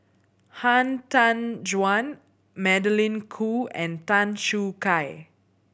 Han Tan Juan Magdalene Khoo and Tan Choo Kai